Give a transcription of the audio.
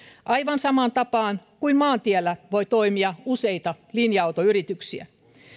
aivan samaan tapaan kuin maantiellä voi toimia useita linja autoyrityksiä